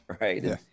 Right